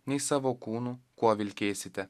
nei savo kūnu kuo vilkėsite